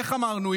איך אמרנו,